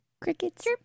crickets